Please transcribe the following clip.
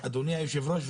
אדוני היושב-ראש,